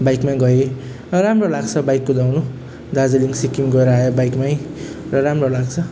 बाइकमा गएँ र राम्रो लाग्छ बाइक कुदाउनु दार्जिलिङ सिक्किम गएर आएँ बाइकमै र राम्रो लाग्छ